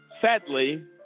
sadly